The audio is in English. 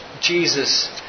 Jesus